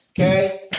Okay